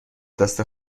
دست